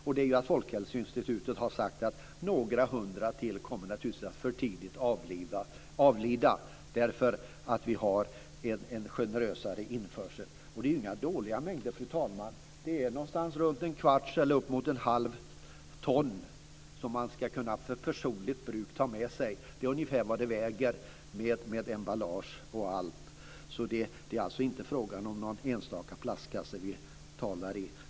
Det ena är att Folkhälsoinstitutet har sagt att några hundra till kommer att avlida för tidigt därför att vi har en generösare införsel. Och det är inga dåliga mängder, fru talman! Det är någonstans runt ett kvarts eller uppemot ett halvt ton som man för personligt bruk ska kunna ta med sig. Det är ungefär vad det hela väger med emballage och allt. Det är alltså inte fråga om någon enstaka plastkasse.